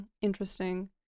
Interesting